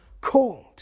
called